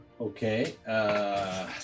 Okay